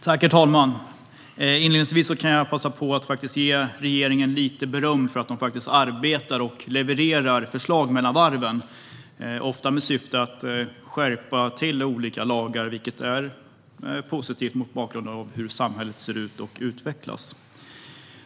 Herr talman! Inledningsvis kan jag passa på att ge regeringen lite beröm för att de faktiskt arbetar och levererar förslag mellan varven, ofta med syfte att skärpa till olika lagar vilket är positivt mot bakgrund av hur samhället ser ut och utvecklas.